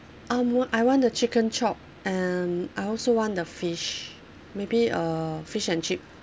um wa~ I want the chicken chop and I also want the fish maybe a fish and chip